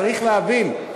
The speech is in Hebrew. צריך להבין,